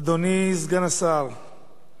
אדוני סגן השר,